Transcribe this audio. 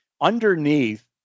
underneath